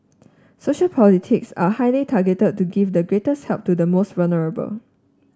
social politics are highly targeted to give the greatest help to the most vulnerable